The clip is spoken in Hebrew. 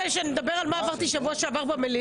אתה רוצה שנדבר על מה שעברתי בשבוע שעבר במליאה?